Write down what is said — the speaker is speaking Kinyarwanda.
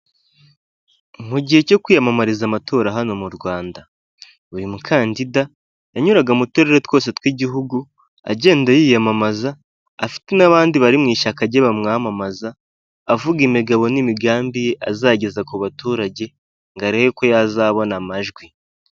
Mu gihe cyo kwiyamamariza amatora hano mu Rwanda buri mukandida yanyuraga mu turere twose tw'igihugu agenda yiyamamaza afite n'abandi bari mu ishyaka rye bamwamamaza, avuga imigabo n'imigambi ye azageza ku baturage ngo arebe ko yazabona amajwi.